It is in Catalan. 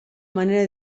manera